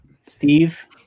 Steve